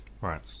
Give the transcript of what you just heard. Right